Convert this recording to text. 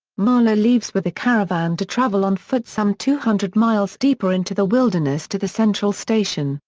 marlow leaves with a caravan to travel on foot some two hundred miles deeper into the wilderness to the central station,